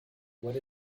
what